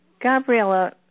Gabriella